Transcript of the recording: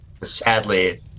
Sadly